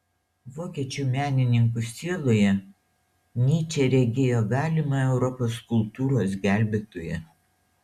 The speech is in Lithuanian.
vokiečių menininko sieloje nyčė regėjo galimą europos kultūros gelbėtoją